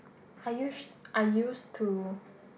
I used I used to